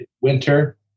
Winter